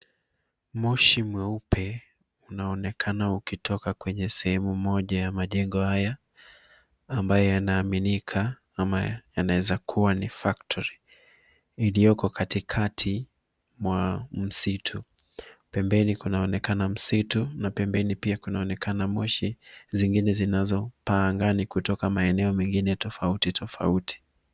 Moshi mweupe unaonekana ukitoka kwenye sehemu moja ya majengo haya ambayo yanaaminika kama yanawezakuwa ni factory iliyoko katikati mwa msitu, pembeni kunaonekana msitu na pembeni pia kunaonekana moshi zingine zinazopaa angani kutoka maeneo mengine tofauti tofauti.